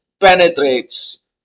penetrates